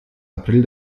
april